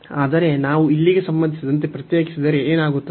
ಆದರೆ ನಾವು ಇಲ್ಲಿಗೆ ಸಂಬಂಧಿಸಿದಂತೆ ಪ್ರತ್ಯೇಕಿಸಿದರೆ ಏನಾಗುತ್ತದೆ